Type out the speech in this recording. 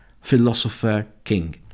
philosopher-king